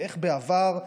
ואיך בעבר,